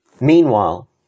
Meanwhile